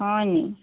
হয় নি